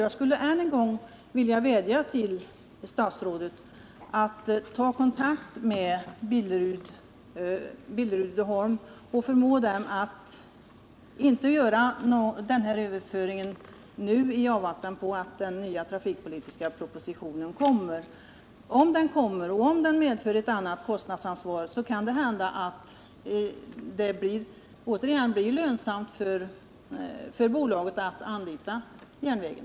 Jag vill än en gång vädja till statsrådet att ta kontakt med Billerud-Uddeholm AB och förmå bolaget att nu inte göra den här överföringen utan att avvakta den nya trafikpolitiska propositionen. Om den kommer och om den medför ett annat kostnadsansvar, kan det hända att det återigen blir lönsamt för bolaget att anlita järnvägen.